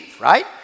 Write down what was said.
right